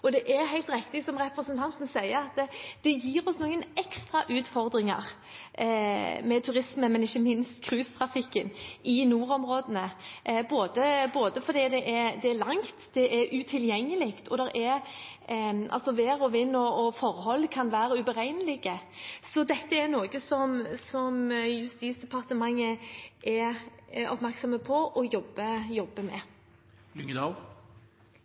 Det er helt riktig, som representanten sier, at det gir oss noen ekstra utfordringer med turisme og ikke minst cruisetrafikken i nordområdene, både fordi det er langt, fordi det er utilgjengelig, og fordi vær- og vindforhold kan være uberegnelig. Dette er noe som Justisdepartementet er oppmerksom på og jobber med. Det ble åpnet her for å